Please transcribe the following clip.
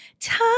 time